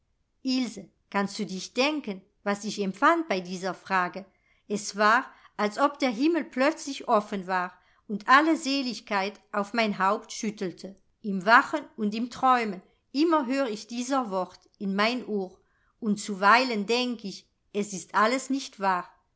ilse kannst du dich denken was ich empfand bei diese frage es war als ob der himmel plötzlich offen war und alle seligkeit auf mein haupt schüttelte im wachen und im träumen immer hör ich dieser wort in mein ohr und zuweilen denk ich es ist alles nicht wahr